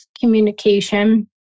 communication